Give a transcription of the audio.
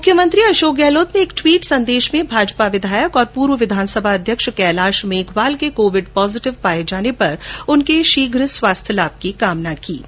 मुख्यमंत्री अशोक गहलोत ने एक ट्वीट संदेश में भाजपा विधायक और पूर्व विधानसभा अध्यक्ष कैलाश मेंघवाल के कोविड पॉजिटिव पाये जाने पर शीघ्र स्वास्थ्य लाभ की कामना की है